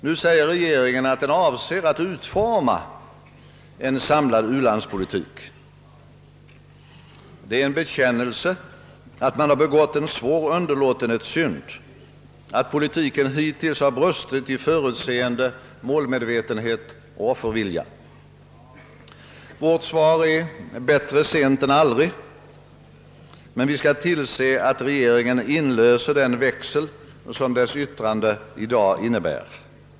Nu säger regeringen att den avser att utforma en samlad progressiv u-landspolitik. Det är en bekännelse att man har begått en svår underlåtenhetssynd, att politiken hittills har brustit i förutseende, målmedvetenhet och offervilja. Vårt svar är: Bättre sent än aldrig! Men vi skall tillse att regeringen inlöser den växel som dess yttrande i dag innebär.